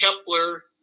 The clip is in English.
Kepler